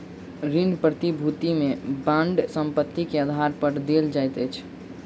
ऋण प्रतिभूति में बांड संपत्ति के आधार पर देल जाइत अछि